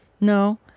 no